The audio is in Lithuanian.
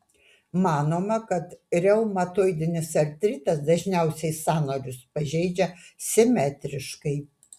manoma kad reumatoidinis artritas dažniausiai sąnarius pažeidžia simetriškai